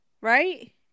right